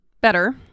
better